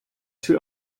two